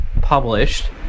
published